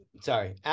Sorry